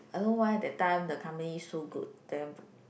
I don't know why that time the company so good then